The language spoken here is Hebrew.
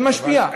זה משפיע.